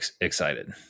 excited